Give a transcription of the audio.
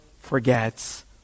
forgets